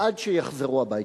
עד שיחזרו הביתה.